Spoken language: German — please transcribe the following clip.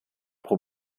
pro